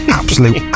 absolute